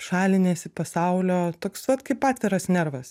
šaliniesi pasaulio toks vat kaip atviras nervas